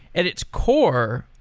it's core,